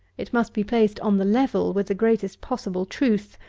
it must be placed on the level with the greatest possible truth,